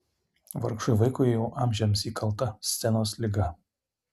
vargšui vaikui jau amžiams įkalta scenos liga